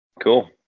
Cool